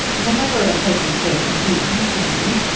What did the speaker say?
whenever a person says sie to me,